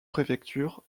préfectures